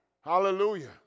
Hallelujah